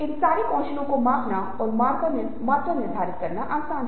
इन सारे कौशलों को मापना और मात्रा निर्धारित करना आसान है